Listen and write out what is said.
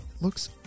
looks